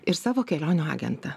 ir savo kelionių agentą